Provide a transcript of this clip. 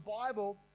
Bible